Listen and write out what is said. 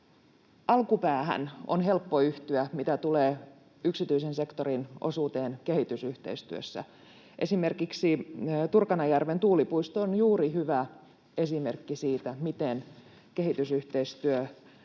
alkupäähän on helppo yhtyä, mitä tulee yksityisen sektorin osuuteen kehitysyhteistyössä. Esimerkiksi Turkanajärven tuulipuisto on juuri hyvä esimerkki siitä, miten kehitysyhteistyöhankkeella